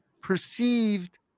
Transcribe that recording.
Perceived